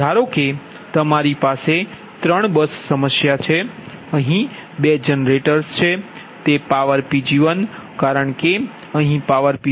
ધારો કે તમારી પાસે 3 બસ સમસ્યા છે અહીં 2 જનરેટર્સ છે તે પાવર Pg1 કારણ કે અહીં પાવરPg1છે